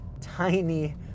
Tiny